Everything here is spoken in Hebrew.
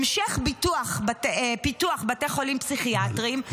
המשך פיתוח בתי חולים פסיכיאטריים,